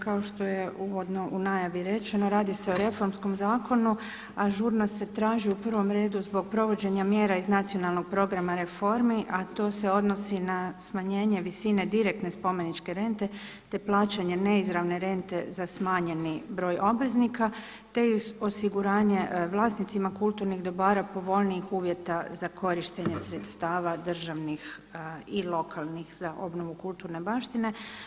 Kao što je uvodno u najavi rečeno radi se reformskom zakonu a žurnost se traži u prvom redu zbog provođenja mjera iz nacionalnog programa reformi a to se odnosi na smanjenje visine direktne spomeničke rente te plaćanje neizravne rente za smanjeni broj obveznika te i osiguranje vlasnicima kulturnih dobara povoljnijih uvjeta za korištenje sredstava državnih i lokalnih, za obnovu kulturne baštine.